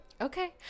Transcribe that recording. Okay